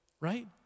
right